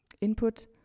Input